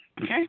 okay